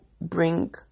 bring